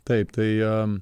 taip tai